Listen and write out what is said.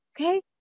okay